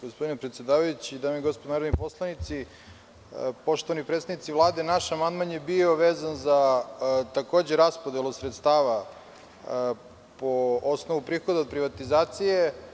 Gospodine predsedavajući, dame i gospodo narodni poslanici, poštovani predstavnici Vlade, naš amandman je bio vezan za takođe raspodelu sredstava po osnovu prihoda od privatizacije.